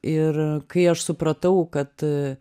ir kai aš supratau kad